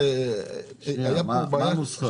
הייתה פה בעיה,